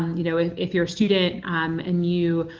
you know if if your student um and you,